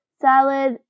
salad